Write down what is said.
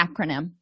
acronym